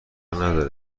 نداره